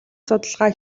судалгаа